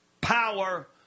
Power